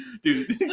Dude